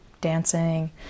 dancing